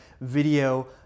video